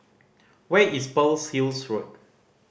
where is Pearl's Hill Road